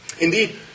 Indeed